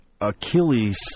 Achilles